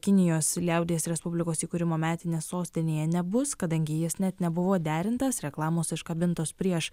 kinijos liaudies respublikos įkūrimo metines sostinėje nebus kadangi jis net nebuvo derintas reklamos iškabintos prieš